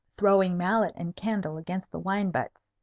throwing mallet and candle against the wine-butts.